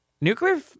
nuclear